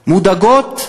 מודאגות,